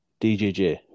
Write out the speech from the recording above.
DJJ